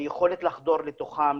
היכולת לחדור לתוכן,